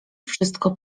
wszystko